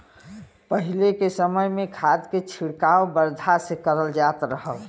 पहिले के समय में खाद के छिड़काव बरधा से करल जात रहल